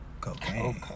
cocaine